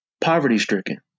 poverty-stricken